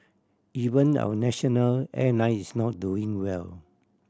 even our national airline is not doing well